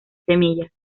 semillas